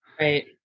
right